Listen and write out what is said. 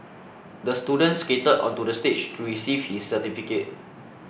the student skated onto the stage to receive his certificate